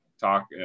talk